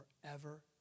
forever